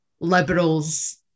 liberals